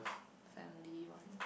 family one